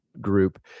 group